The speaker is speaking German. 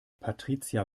patricia